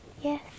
Yes